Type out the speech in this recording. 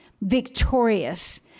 victorious